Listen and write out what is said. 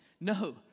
No